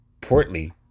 portly